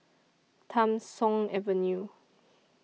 Tham Soong Avenue